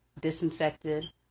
disinfected